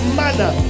manner